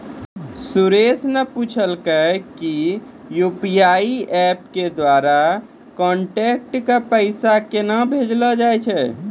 सुरेन्द्र न पूछलकै कि यू.पी.आई एप्प के द्वारा कांटैक्ट क पैसा केन्हा भेजलो जाय छै